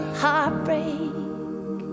heartbreak